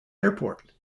airport